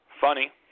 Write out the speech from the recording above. Funny